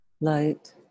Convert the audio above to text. light